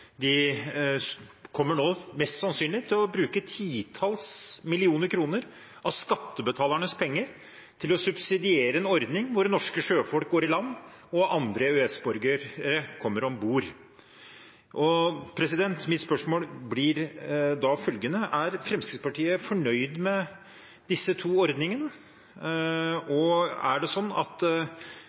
de kommer nå mest sannsynlig til å bruke titalls millioner kroner av skattebetalernes penger til å subsidiere en ordning hvor norske sjøfolk går i land, og andre EØS-borgere kommer om bord. Mitt spørsmål blir da: Er Fremskrittspartiet fornøyd med disse to ordningene, og er det sånn at